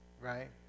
right